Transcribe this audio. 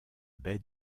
bey